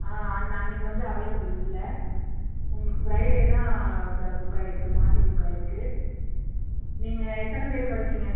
ஆ அந்த அன்னைக்கு வந்து அவைலபிள் இல்லை உங்களுக்கு ஃப்ரைடேதான் க புக்காகியிருக்கு மாற்றி புக்காகியிருக்கு நீங்கள் எத்தனை பேர் வருவீங்கள்